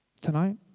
tonight